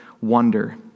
wonder